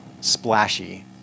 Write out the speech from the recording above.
splashy